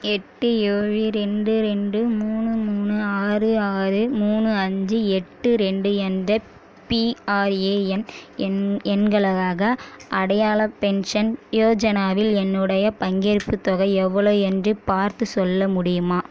எட்டு ஏழு ரெண்டு ரெண்டு மூணு மூணு ஆறு ஆறு மூணு அஞ்சு எட்டு ரெண்டு என்ற பிஆர்ஏஎன் எண் எண்களாக அடையாள பென்ஷன் யோஜனாவில் என்னுடைய பங்கேற்புத் தொகை எவ்வளோ என்று பார்த்து சொல்ல முடியுமா